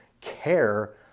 care